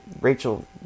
Rachel